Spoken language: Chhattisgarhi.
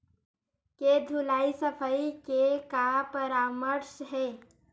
के धुलाई सफाई के का परामर्श हे?